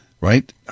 right